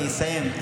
אני אסיים.